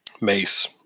Mace